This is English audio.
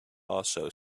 also